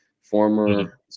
Former